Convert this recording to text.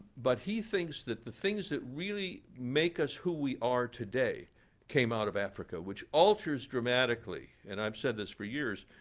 but he thinks that the things that really make us who we are today came out of africa, which alters dramatically, and i've said this for years,